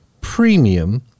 premium